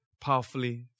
powerfully